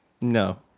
No